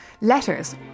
letters